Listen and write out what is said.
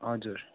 हजुर